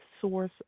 source